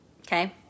Okay